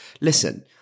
Listen